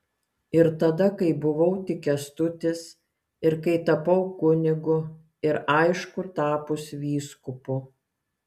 ir tada kai buvau tik kęstutis ir kai tapau kunigu ir aišku tapus vyskupu